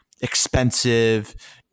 expensive